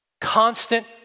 Constant